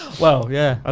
well. yeah, ah